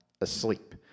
asleep